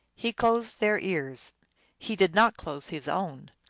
he closed their ears he did not close his own.